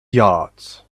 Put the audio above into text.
yards